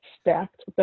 stacked